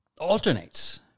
alternates